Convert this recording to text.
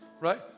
right